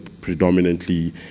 predominantly